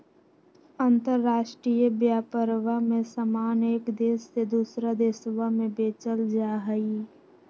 अंतराष्ट्रीय व्यापरवा में समान एक देश से दूसरा देशवा में बेचल जाहई